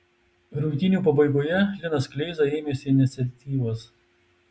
rungtynių pabaigoje linas kleiza ėmėsi iniciatyvos